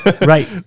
Right